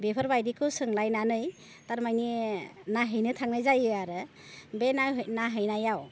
बेफोरबादिखौ सोंलायनानै थारमाने नायहैनो थांनाय जायो आरो बे नायहैनायाव